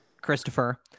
Christopher